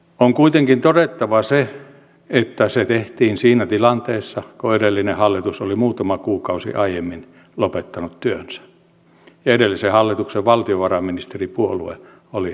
on kuitenkin todettava se että se tehtiin siinä tilanteessa kun edellinen hallitus oli muutama kuukausi aiemmin lopettanut työnsä ja edellisen hallituksen valtiovarainministeripuolue oli sdp